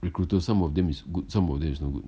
recruiter some of them is good some of them is not good